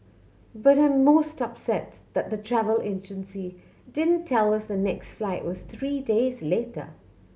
but I'm most upset that the travel agency didn't tell us the next flight was three days later